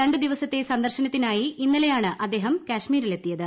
രണ്ടു ദിവസത്തെ സന്ദർശനത്തിനായി ഇന്നലെയാണ് അദ്ദേഹം കാശ്മീരിലെത്തിയത്